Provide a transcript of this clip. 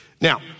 Now